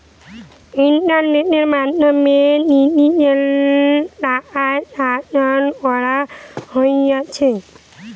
ইন্টারনেটের মাধ্যমে ডিজিটালি টাকা স্থানান্তর কোরা হচ্ছে